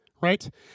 right